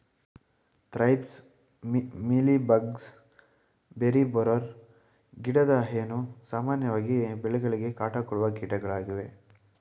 thrips, mealy bugs, berry borer, ಗಿಡದ ಹೇನು, ಸಾಮಾನ್ಯವಾಗಿ ಬೆಳೆಗಳಿಗೆ ಕಾಟ ಕೊಡುವ ಕೀಟಗಳಾಗಿವೆ